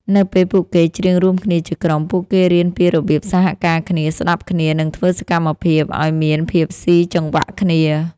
នៅពេលពួកគេច្រៀងរួមគ្នាជាក្រុម ពួកគេរៀនពីរបៀបសហការគ្នា ស្ដាប់គ្នា និងធ្វើសកម្មភាពឱ្យមានភាពស៊ីចង្វាក់គ្នា